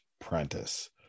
prentice